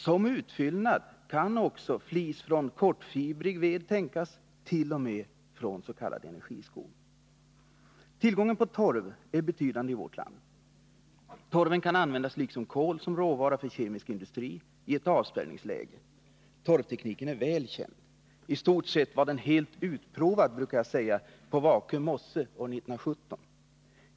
Som utfyllnad kan också flis från kortfibrig ved tänkas, t.o.m. från s.k. energiskog. Tillgången på torv är betydande i vårt land. Torven kan användas liksom kolsom råvara för kemisk industri i ett avspärrningsläge. Torvtekniken är väl känd. Jag brukar säga att den var i stort sett helt utprovad på Vakö mosse år 1917.